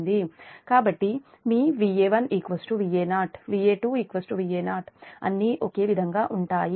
కాబట్టి మీ Va1 Va0 Va2 Va0 అన్నీ ఒకే విధంగా ఉంటాయి అవి 0